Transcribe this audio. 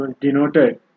denoted